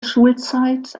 schulzeit